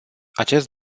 acest